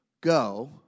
go